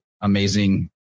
amazing